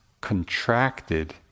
contracted